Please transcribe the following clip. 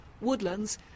woodlands